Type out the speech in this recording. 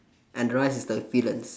and rice is the villains